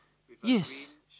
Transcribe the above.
yes